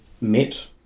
met